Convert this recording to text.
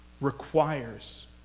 requires